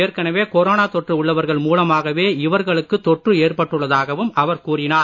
ஏற்கனவே கொரோனா தொற்று உள்ளவர்கள் மூலமாகவே இவர்களுக்கு தொற்று ஏற்பட்டுள்ளதாகவும் அவர் கூறினார்